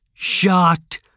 Shot